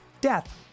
death